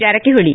Jarkiholi